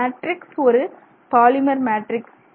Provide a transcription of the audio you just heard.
இந்த மேட்ரிக்ஸ் ஒரு polymer matrix